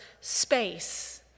space